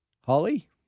Holly